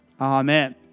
Amen